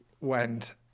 went